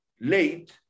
late